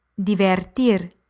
Divertir